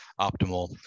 optimal